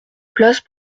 place